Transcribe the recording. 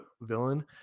villain